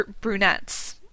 brunettes